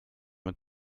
mit